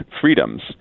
freedoms